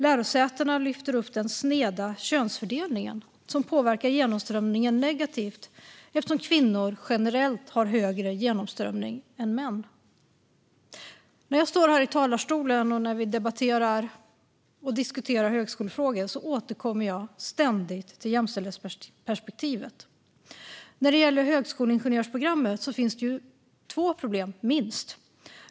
Lärosätena lyfter upp den sneda könsfördelningen som påverkar genomströmningen negativt, eftersom kvinnor generellt har högre genomströmning än män. När jag står här i talarstolen och när vi debatterar och diskuterar högskolefrågor återkommer jag ständigt till jämställdhetsperspektivet. När det gäller högskoleingenjörsprogrammet finns det minst två problem.